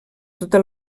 tota